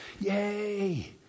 yay